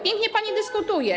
Pięknie pani dyskutuje.